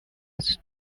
was